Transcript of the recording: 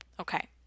Okay